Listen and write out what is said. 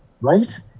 Right